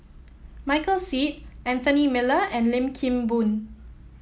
Michael Seet Anthony Miller and Lim Kim Boon